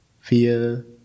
fear